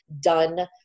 done